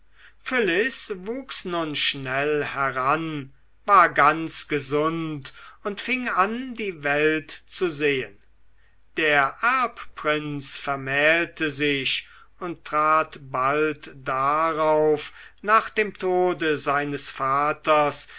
phyllis wuchs nun schnell heran war ganz gesund und fing an die welt zu sehen der erbprinz vermählte sich und trat bald darauf nach dem tode seines vaters